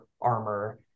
armor